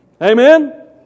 Amen